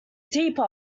teapot